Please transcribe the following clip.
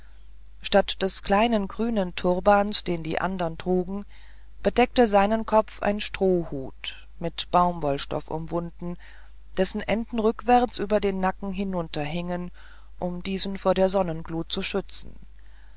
statt des kleinen grünen turbans den die anderen trugen bedeckte seinen kopf ein strohhut mit baumwollstoff umwunden dessen enden rückwärts über den nacken hinunterhingen um diesen vor der sonnenglut zu schützen